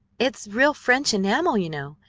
it's real french enamel, you know,